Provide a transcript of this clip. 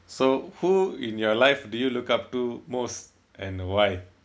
so who in your life do you look up to most and why